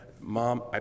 Mom